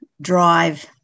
drive